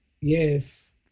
Yes